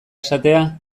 esatea